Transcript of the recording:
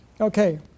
Okay